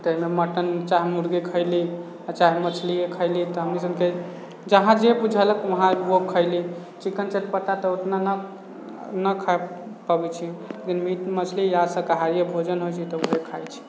तऽ ओइमे मटन चाहे मुर्गे खैली आओर चाहे मछलिये खैली तऽ हमनी सभके जहाँ जे बुझैलक उहाँ ओ खैली चिकन चटपटा तऽ ओतना नहि ने खा पबै छी लेकिन मीट मछली या शाकाहारिए भोजन होइ छै तऽ उहे खाइ छी